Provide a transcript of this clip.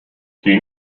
die